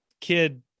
kid